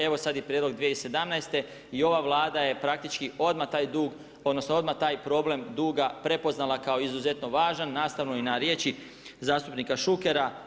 Evo sad je prijedlog 2017. i ova Vlada je praktički odmah taj dug, odnosno odmah taj problem duga prepoznala kao izuzetno važan nastavno i na riječi zastupnika Šukera.